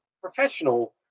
professional